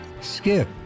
skip